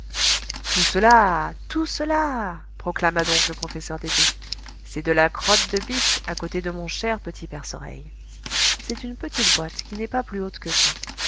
tout cela tout cela proclama donc le professeur dédé c'est de la crotte de bique à côté de mon cher petit perce oreille c'est une petite boîte qui n'est pas plus haute que ça